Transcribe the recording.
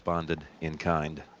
responded in kind.